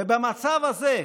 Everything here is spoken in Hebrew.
ובמצב הזה,